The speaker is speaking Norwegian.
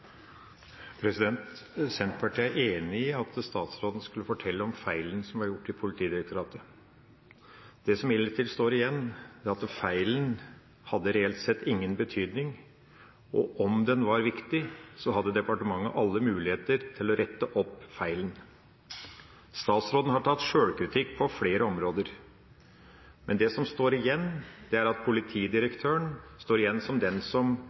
i at statsråden skulle fortelle om feilen som er gjort i Politidirektoratet. Det som imidlertid står igjen, er at feilen hadde reelt sett ingen betydning. Om den var viktig, hadde departementet alle muligheter til å rette opp feilen. Statsråden har tatt sjølkritikk på flere områder. Men det som står igjen, er at politidirektøren står igjen som den skyldige. Mitt spørsmål er: Beklager statsråden at politidirektøren står igjen i norsk offentlighet som den som